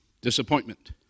Disappointment